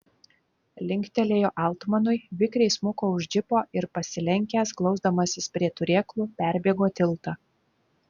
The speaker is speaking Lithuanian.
linktelėjo altmanui vikriai smuko už džipo ir pasilenkęs glausdamasis prie turėklų perbėgo tiltą